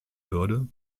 würde